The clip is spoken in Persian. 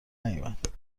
نیومد